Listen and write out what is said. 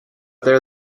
there